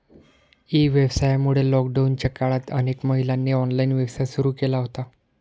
E व्यवसायामुळे लॉकडाऊनच्या काळात अनेक महिलांनी ऑनलाइन व्यवसाय सुरू केला होता